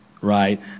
right